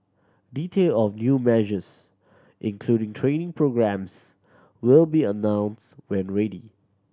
detail of new measures including training programmes will be announced when ready